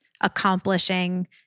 accomplishing